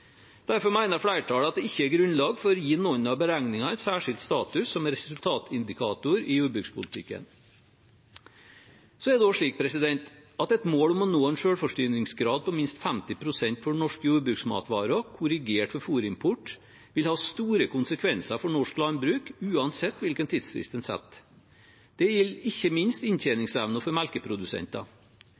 Derfor mener flertallet at det ikke er grunnlag for å gi noen av beregningene særskilt status som resultatindikator i jordbrukspolitikken. Det er også slik at et mål om å nå en selvforsyningsgrad på minst 50 pst. for norske jordbruksmatvarer, korrigert for fôrimport, vil ha store konsekvenser for norsk landbruk, uansett hvilken tidsfrist en setter. Det gjelder ikke minst inntjeningsevnen for melkeprodusenter.